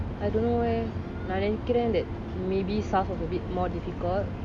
I don't know eh நான் நெனைக்கிறேன்:naan nenaikiran maybe SARS was a bit more difficult